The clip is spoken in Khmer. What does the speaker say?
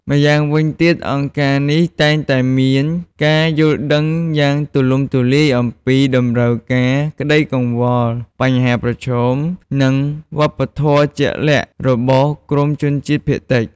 ម្យ៉ាងវិញទៀត អង្គការនេះតែងតែមានការយល់ដឹងយ៉ាងទូលំទូលាយអំពីតម្រូវការ ក្តីកង្វល់ បញ្ហាប្រឈម និងវប្បធម៌ជាក់លាក់របស់ក្រុមជនជាតិភាគតិច។